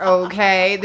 okay